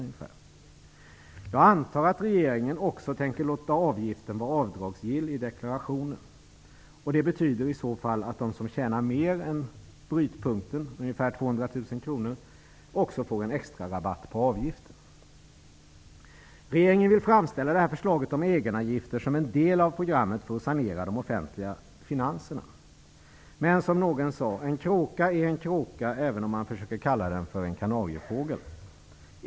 Jag antar att regeringen också tänker låta avgiften vara avdragsgill i deklarationen, vilket betyder att de som tjänar mer än det beopp som anges som brytpunkt, nämligen ungefär 200 000 kr, också får en extrarabatt på avgiften. Regeringen vill framställa det här förslaget om egenavgifter som en del av programmet för att sanera de offentliga finanserna. Men, precis som någon tidigare sade: En kråka är en kråka, även om man försöker kalla den för en kanariefågel.